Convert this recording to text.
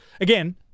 Again